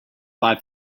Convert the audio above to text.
five